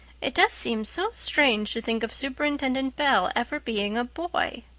it does seem so strange to think of superintendent bell ever being a boy.